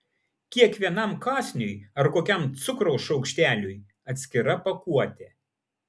kiekvienam kąsniui ar kokiam cukraus šaukšteliui atskira pakuotė